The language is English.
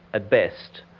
at best,